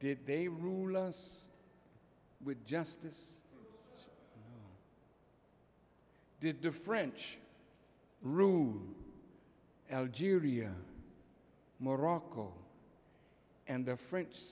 did they rule and with justice did the french rude algeria morocco and the french